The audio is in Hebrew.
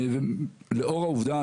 לאור העובדה